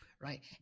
right